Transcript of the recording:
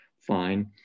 fine